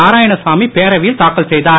நாராயணசாமி பேரவையில் தாக்கல் செய்தார்